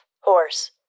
horse